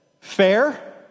Fair